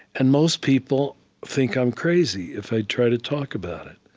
and most people think i'm crazy if i try to talk about it.